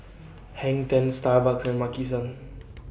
Hang ten Starbucks and Maki San